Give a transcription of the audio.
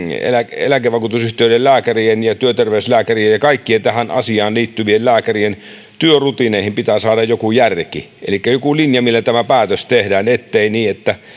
eläkevakuutusyhtiöiden lääkärien ja työterveyslääkärien ja kaikkien tähän asiaan liittyvien lääkärien työrutiineihin pitää saada joku järki elikkä joku linja millä tämä päätös tehdään ettei niin